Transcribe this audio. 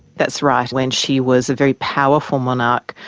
that's right when she was a very powerful monarch,